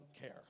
care